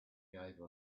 gave